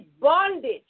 bondage